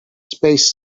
space